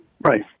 Right